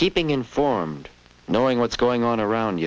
keeping informed knowing what's going on around